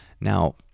now